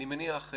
אני מניח,